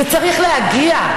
זה צריך להגיע.